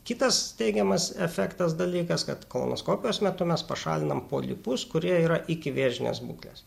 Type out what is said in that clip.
kitas teigiamas efektas dalykas kad kolonoskopijos metu mes pašalinam polipus kurie yra ikivėžinės būklės